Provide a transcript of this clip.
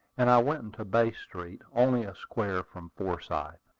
and i went into bay street, only a square from forsyth.